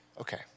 Okay